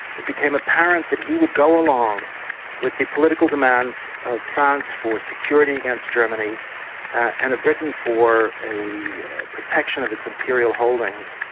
it became apparent that he would go along with the political demands of france for security against germany and with britain for a protection of its imperial holdings,